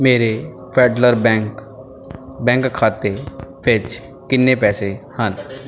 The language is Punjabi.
ਮੇਰੇ ਫੈਡਰਲ ਬੈਂਕ ਬੈਂਕ ਖਾਤੇ ਵਿੱਚ ਕਿੰਨੇ ਪੈਸੇ ਹਨ